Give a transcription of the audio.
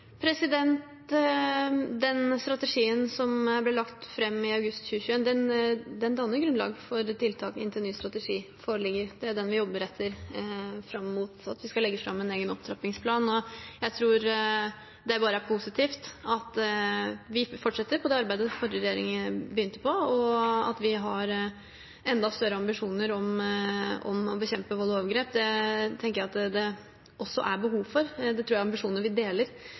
Den strategien som ble lagt fram i august 2021, danner grunnlag for tiltakene inntil ny strategi foreligger. Det er den vi jobber etter, fram til vi legger fram en egen opptrappingsplan. Jeg tror det bare er positivt at vi fortsetter på det arbeidet den forrige regjeringen begynte på, og at vi har enda større ambisjoner om å bekjempe vold og overgrep. Det tenker jeg det også er behov for. Det tror jeg er ambisjoner vi deler,